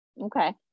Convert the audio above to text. okay